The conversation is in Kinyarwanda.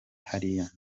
hariya